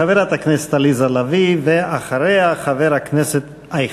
חברת הכנסת עליזה לביא, ואחריה, חבר הכנסת אייכלר.